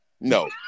No